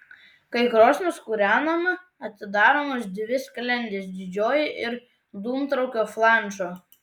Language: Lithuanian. kai krosnis kūrenama atidaromos dvi sklendės didžioji ir dūmtraukio flanšo